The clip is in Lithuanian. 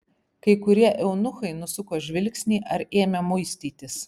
kai kurie eunuchai nusuko žvilgsnį ar ėmė muistytis